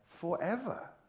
forever